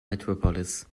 metropolis